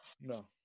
no